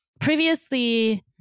previously